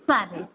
चालेल